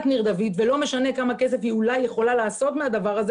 ניר דוד ולא משנה כמה כסף היא אולי יכולה לעשות מהדבר הזה